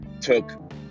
took